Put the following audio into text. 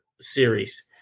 series